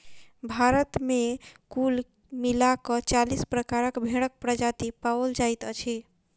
भारत मे कुल मिला क चालीस प्रकारक भेंड़क प्रजाति पाओल जाइत अछि